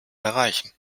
erreichen